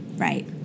Right